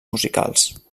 musicals